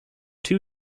two